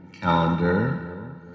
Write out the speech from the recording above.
Calendar